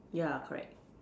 ya correct